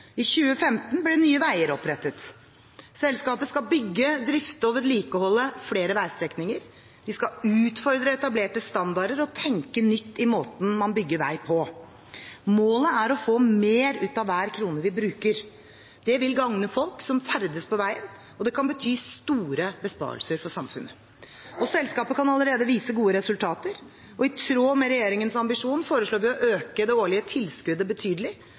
I 2015 ble Nye Veier opprettet. Selskapet skal bygge, drifte og vedlikeholde flere veistrekninger. De skal utfordre etablerte standarder og tenke nytt i måten man bygger vei på. Målet er å få mer vei ut av hver krone vi bruker. Det vil gagne folk som ferdes på veien, og det kan bety store besparelser for samfunnet. Selskapet kan allerede vise til gode resultater, og i tråd med regjeringens ambisjon foreslår vi å øke det årlige tilskuddet betydelig,